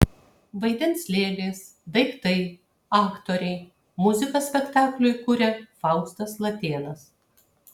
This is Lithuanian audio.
vaidins lėlės daiktai aktoriai muziką spektakliui kuria faustas latėnas